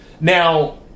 Now